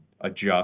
adjust